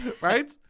Right